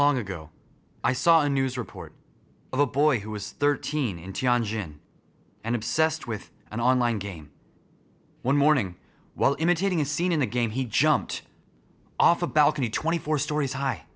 long ago i saw a news report of a boy who was thirteen in tianjin and obsessed with an online game one morning while imitating a scene in the game he jumped off a balcony twenty four stories